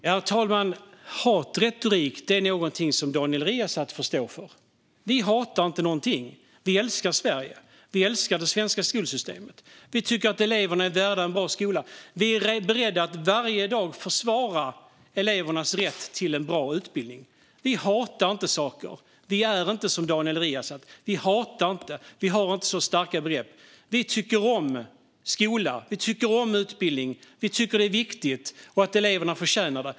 Herr talman! Hatretorik är någonting som Daniel Riazat får stå för. Vi hatar ingenting. Vi älskar Sverige, och vi älskar det svenska skolsystemet. Vi tycker att eleverna är värda en bra skola. Vi är beredda att varje dag försvara elevernas rätt till en bra utbildning. Vi hatar inte saker. Vi är inte som Daniel Riazat. Vi hatar inte - vi har inte så starka begrepp. Vi tycker om skola och utbildning. Vi tycker att det är viktigt och att eleverna förtjänar det.